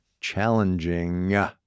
challenging